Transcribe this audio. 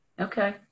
Okay